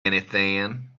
anything